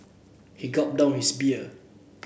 he gulped down his beer